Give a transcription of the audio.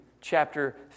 chapter